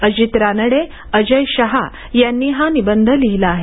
अजित रानडे अजय शहा यांनी हा निबंध लिहिला आहे